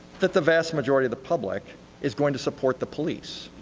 that the vast majority of the public is going to support the police,